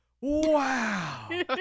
Wow